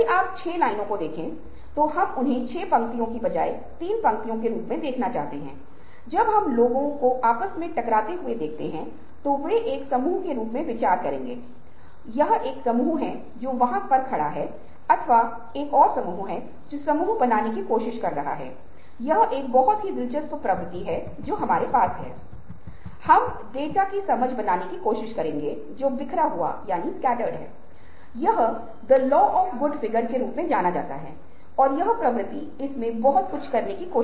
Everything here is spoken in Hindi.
इसलिए इस रचनात्मकता को रचनात्मक लोगों ने दिखाया है और उनके पास निश्चित रूप से विभिन्न विशेषताएं हैं जैसा कि आपने पहले की स्लाइड्स को देखा है और मुझसे सुना है